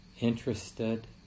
interested